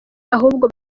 ahubwo